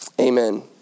Amen